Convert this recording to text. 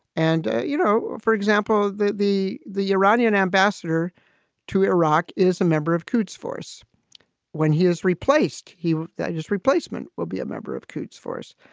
and, you know, for example, the the the iranian ambassador to iraq is a member of coots force when he is replaced. he just replacement will be a member of coots for us.